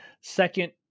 Second